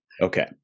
Okay